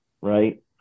right